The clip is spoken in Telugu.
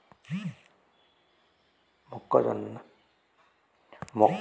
మొక్కజొన్న పంట ఎదుగుదల కు కారణాలు చెప్పండి?